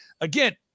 again